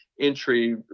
entry